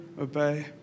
obey